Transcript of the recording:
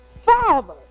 Father